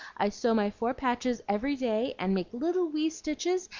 i sew my four patches every day, and make little wee stitches,